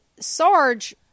Sarge